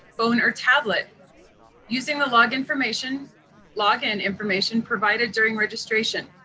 phone, or tablet using the log information log in information provided during registration.